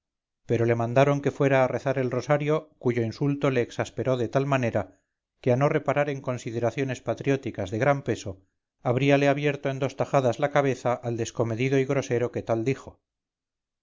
pero le mandaron que fuera a rezar el rosario cuyo insulto le exasperó de tal manera que a no reparar en consideraciones patrióticas de gran peso habríale abierto en dos tajadas la cabeza al descomedido y grosero que tal dijo